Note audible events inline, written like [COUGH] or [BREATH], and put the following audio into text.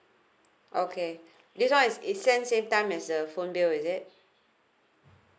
okay [BREATH] this one is sent same time as the phone bill is it